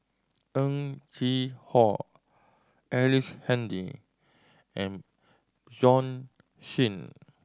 Heng Chee How Ellice Handy and Bjorn Shen